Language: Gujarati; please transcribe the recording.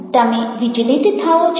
તમે વિચલિત થાઓ છો